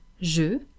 je